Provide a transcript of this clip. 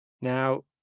Now